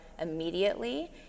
immediately